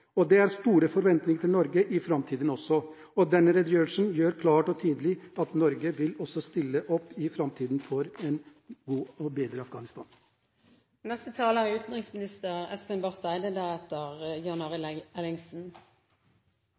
av. Det er store forventninger til Norge i framtiden også. Denne redegjørelsen gjør det klart og tydelig at Norge også i framtiden vil stille opp for et godt og bedre Afghanistan. Jeg ønsket egentlig mest å presisere et par ting når det gjelder innlegget fra representanten Tom Staahle. Det første er